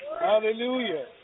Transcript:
hallelujah